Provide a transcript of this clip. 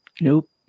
Nope